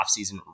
offseason